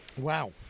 Wow